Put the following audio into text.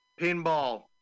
Pinball